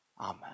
Amen